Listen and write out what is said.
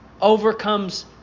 overcomes